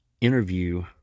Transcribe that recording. Interview